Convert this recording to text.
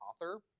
author